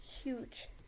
huge